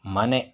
ಮನೆ